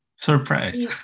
Surprise